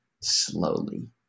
slowly